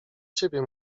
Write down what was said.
ciebie